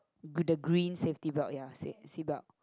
g~ the green safety belt ya sa~ seat belt